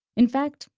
in fact,